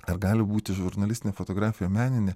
ar gali būti žurnalistinė fotografija meninė